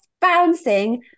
bouncing